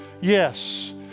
yes